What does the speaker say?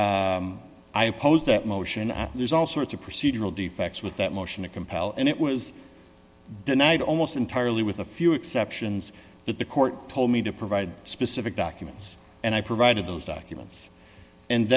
compel i opposed that motion as there's all sorts of procedural defects with that motion to compel and it was denied almost entirely with a few exceptions that the court told me to provide specific documents and i provided those documents and